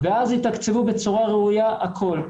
ותקצבו בצורה ראויה את הכל.